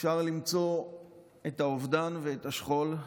אפשר למצוא את האובדן ואת השכול,